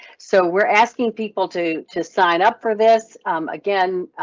so we're asking people to to sign up for this again.